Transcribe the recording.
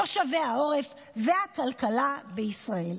תושבי העורף והכלכלה בישראל.